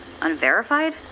Unverified